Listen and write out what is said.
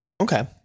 Okay